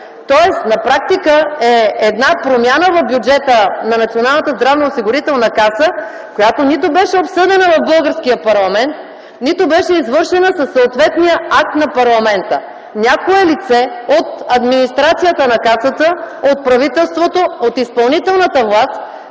бюджета на Националната здравноосигурителна каса, която нито беше обсъдена в българския парламент, нито беше извършена със съответния акт на парламента. Някое лице от администрацията на Касата, от правителството, от изпълнителната власт